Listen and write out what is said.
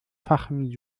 fachem